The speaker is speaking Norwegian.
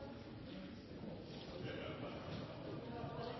så er